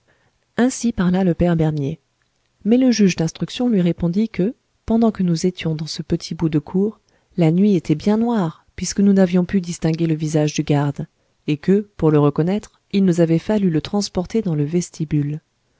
ainsi parla le père bernier mais le juge d'instruction lui répondit que pendant que nous étions dans ce petit bout de cour la nuit était bien noire puisque nous n'avions pu distinguer le visage du garde et que pour le reconnaître il nous avait fallu le transporter dans le vestibule